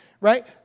right